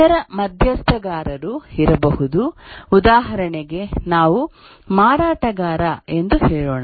ಇತರ ಮಧ್ಯಸ್ಥಗಾರರು ಇರಬಹುದು ಉದಾಹರಣೆಗೆ ನಾವು ಮಾರಾಟಗಾರ ಎಂದು ಹೇಳೋಣ